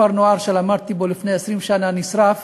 כפר-הנוער שלמדתי בו לפני 20 שנה נשרף,